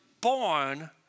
born